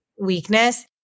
weakness